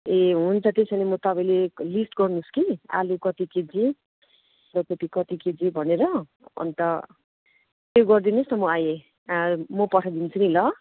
ए हुन्छ त्यसो हो भने म तपाईँले लिस्ट गर्नुहोस् कि आलु कति केजी बन्दाकोपी कति केजी भनेर अन्त त्यो गरिदिनुहोस् न म आए म पठाइदिन्छु नि ल